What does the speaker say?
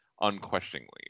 unquestioningly